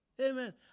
Amen